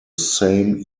same